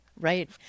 Right